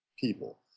people